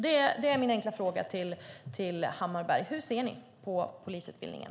Det är min enkla fråga till Hammarbergh. Hur ser ni på polisutbildningen?